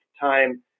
time